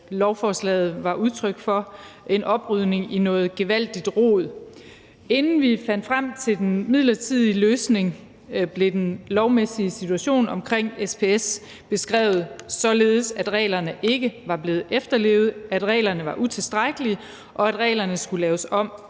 lovforslaget var udtryk for, en oprydning i noget gevaldigt rod. Inden vi fandt frem til den midlertidige løsning, blev den lovmæssige situation omkring SPS beskrevet således, at reglerne ikke var blevet efterlevet, at reglerne var utilstrækkelige, og at reglerne skulle laves om